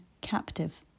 captive